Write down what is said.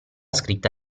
scritta